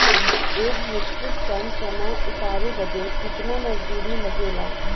एक metric ton चना उतारे बदे कितना मजदूरी लगे ला?